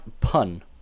Pun